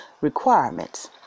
requirements